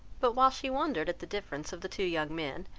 but while she wondered at the difference of the two young men,